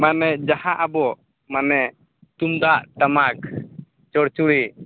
ᱢᱟᱱᱮ ᱡᱟᱦᱟᱸ ᱟᱵᱚ ᱢᱟᱱᱮ ᱛᱩᱢᱫᱟᱜ ᱴᱟᱢᱟᱠ ᱪᱚᱲᱪᱚᱲᱤ